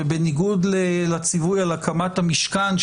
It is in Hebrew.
בניגוד לציווי על הקמת המשכן,